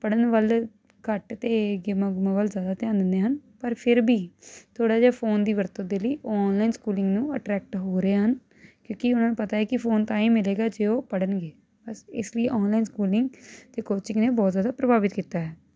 ਪੜ੍ਹਨ ਵੱਲ ਘੱਟ ਅਤੇ ਗੇਮਾਂ ਗੁੰਮਾਂ ਵੱਲ ਜਿਆਦਾ ਧਿਆਨ ਦਿੰਦੇ ਹਨ ਪਰ ਫਿਰ ਵੀ ਥੋੜ੍ਹਾ ਜਿਹਾ ਫੋਨ ਦੀ ਵਰਤੋਂ ਦੇ ਲਈ ਆਨਲਾਈਨ ਸਕੂਲਿੰਗ ਨੂੰ ਅਟਰੈਕਟ ਹੋ ਰਹੇ ਹਨ ਕਿਉਂਕਿ ਉਹਨਾਂ ਨੂੰ ਪਤਾ ਹੈ ਕਿ ਫੋਨ ਤਾਂ ਹੀ ਮਿਲੇਗਾ ਜੇ ਉਹ ਪੜ੍ਹਨਗੇ ਇਸ ਲਈ ਆਨਲਾਈਨ ਸਕੂਲਿੰਗ ਅਤੇ ਕੋਚਿੰਗ ਨੇ ਬਹੁਤ ਜ਼ਿਆਦਾ ਪ੍ਰਭਾਵਿਤ ਕੀਤਾ ਹੈ